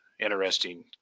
interesting